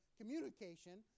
communication